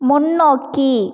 முன்னோக்கி